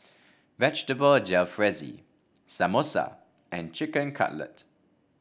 Vegetable Jalfrezi Samosa and Chicken Cutlet